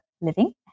living